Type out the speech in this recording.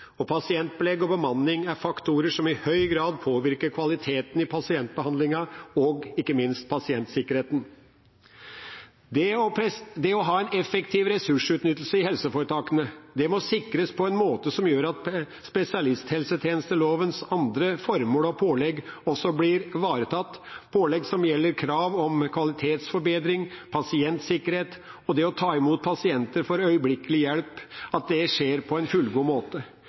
Pasientbelegg og bemanning er faktorer som i høy grad påvirker kvalitetene i pasientbehandlingen og ikke minst pasientsikkerheten. Å ha en effektiv ressursutnyttelse i helseforetakene må sikres på en måte som gjør at spesialisthelsetjenestelovens andre formål og pålegg også blir ivaretatt, pålegg som gjelder krav om kvalitetsforbedring, pasientsikkerhet og at det å ta imot pasienter for øyeblikkelig hjelp skjer på en fullgod måte.